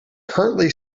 currently